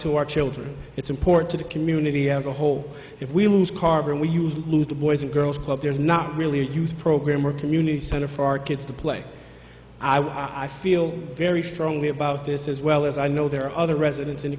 to our children it's important to the community as a whole if we lose carver and we used to lose the boys and girls club there's not really a youth program or community center for our kids to play i feel very strongly about this as well as i know there are other residents in the